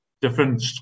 different